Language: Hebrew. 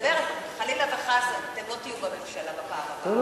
חלילה וחס אתם לא תהיו בממשלה בפעם הבאה, או